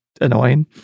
annoying